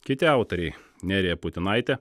kiti autoriai nerija putinaitė